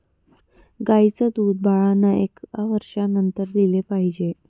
गाईचं दूध बाळांना एका वर्षानंतर दिले पाहिजे